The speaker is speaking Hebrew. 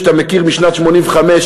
שאתה מכיר משנת 1985,